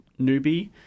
newbie